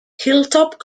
hilltop